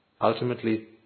ultimately